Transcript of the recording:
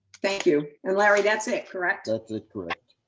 thank you, and, larry, that's it, correct? that's it, correct.